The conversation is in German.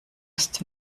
ist